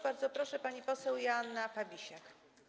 Bardzo proszę, pani poseł Joanna Fabisiak.